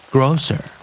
Grocer